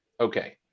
okay